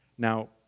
Now